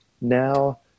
now